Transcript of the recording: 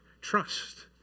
trust